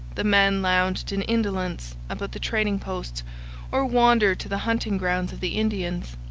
the men lounged in indolence about the trading-posts or wandered to the hunting grounds of the indians,